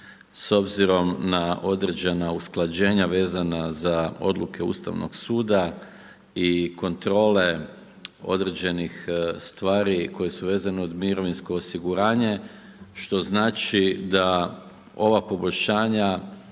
s obzirom na određena usklađenja vezana za odluke Ustavnog suda i kontrole određenih stvari koje su vezane uz mirovinsko osiguranje što znači da ova poboljšanja